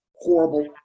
horrible